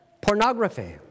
Pornography